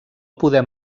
podem